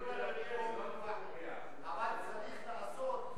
אבל צריך לעשות,